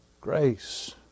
grace